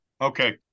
okay